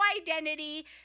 identity